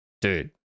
Dude